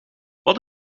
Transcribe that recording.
wat